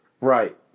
Right